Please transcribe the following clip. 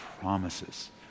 promises